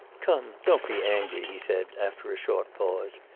come, don't be angry he said, after a short pause.